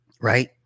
right